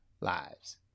lives